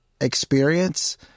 experience